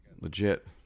legit